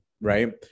Right